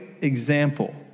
example